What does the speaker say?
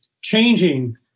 changing